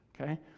okay